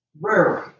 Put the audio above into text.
Rarely